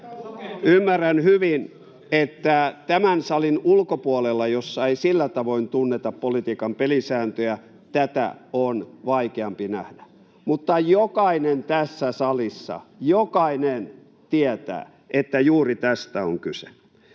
Ymmärrän hyvin, että tämän salin ulkopuolella, missä ei sillä tavoin tunneta politiikan pelisääntöjä, tätä on vaikeampi nähdä, mutta jokainen tässä salissa — jokainen — tietää, että juuri tästä on kyse.